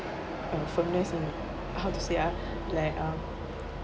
um firmness in how to say ah like um